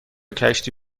کشتی